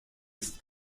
ist